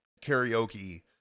karaoke